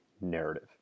narrative